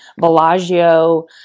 Bellagio